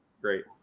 Great